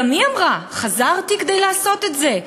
גם היא אמרה: חזרתי כדי לעשות את זה,